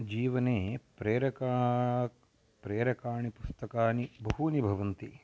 जीवने प्रेरकाणि प्रेरकाणि पुस्तकानि बहूनि भवन्ति